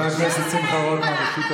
אתה עוד מעיר לי.